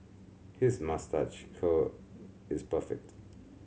his moustache curl is perfect